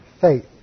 faith